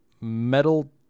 metal